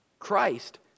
Christ